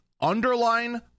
underline